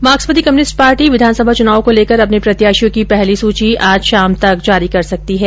मार्क्सवादी communist party विधानसभा चुनावों को लेकर अपने प्रत्याशियों की पहली सूची आज शाम तक जारी कर सकती है